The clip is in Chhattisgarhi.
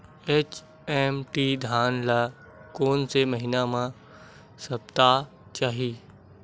एच.एम.टी धान ल कोन से महिना म सप्ता चाही?